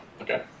Okay